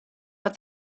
but